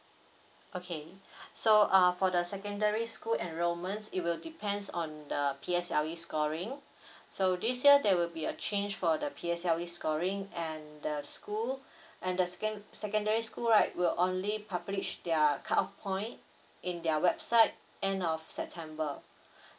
okay so uh for the secondary school enrolment it will depends on the P_S_L_E scoring so this year there will be a change for the P_S_L_E scoring and the school and the second secondary school right will only publish their cut off point in their website end of september so